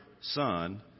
son